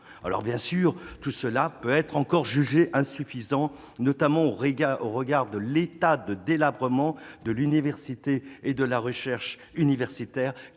... Bien sûr, tout cela peut être jugé encore insuffisant, notamment au regard de l'état de délabrement de l'université et de la recherche universitaire